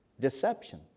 Deception